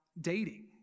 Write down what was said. dating